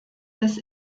des